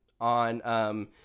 on